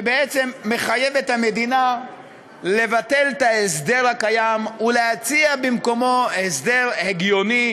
שבעצם מחייב את המדינה לבטל את ההסדר הקיים ולהציע במקומו הסדר הגיוני,